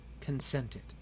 consented